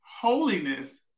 holiness